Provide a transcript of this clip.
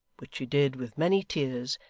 which she did with many tears,